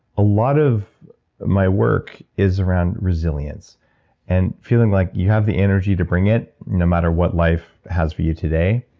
a lot of my work is around resilience and feeling like you have the energy to bring it, no matter what life has for you today.